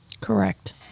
Correct